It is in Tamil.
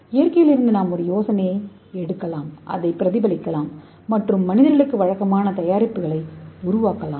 இயற்கையிலிருந்து நாம் ஒரு யோசனையை எடுக்கலாம் அதைப் பிரதிபலிக்கலாம் மற்றும் மனிதர்களுக்கு வழக்கமான தயாரிப்புகளை உருவாக்கலாம்